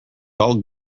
all